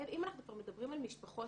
אם אנחנו כבר מדברים על משפחות